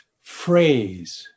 phrase